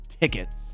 tickets